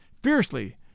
Fiercely